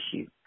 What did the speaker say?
issue